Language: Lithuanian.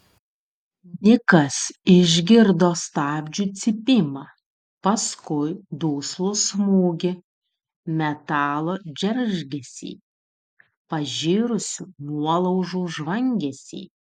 nikas išgirdo stabdžių cypimą paskui duslų smūgį metalo džeržgesį pažirusių nuolaužų žvangesį